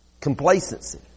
Complacency